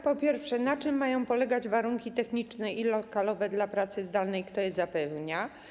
Po pierwsze: Na czym mają polegać warunki techniczne i lokalowe dla pracy zdalnej i kto je zapewnia?